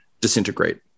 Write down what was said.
disintegrate